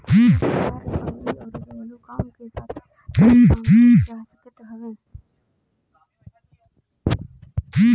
कृषि कार्य अउरी अउरी घरेलू काम के साथे साथे इ काम के कईल जा सकत हवे